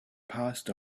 past